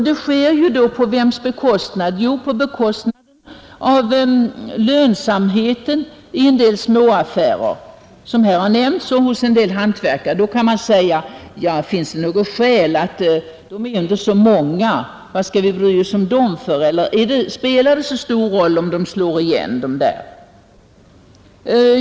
Det sker dock på bekostnad av lönsamheten för en del småaffärer, som här har nämnts, och för en del hantverkare, Då kan man säga: De är ju inte så många — vad skall vi bry oss om dem för? Spelar det så stor roll om de slår igen?